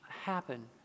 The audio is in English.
happen